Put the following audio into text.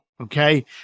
Okay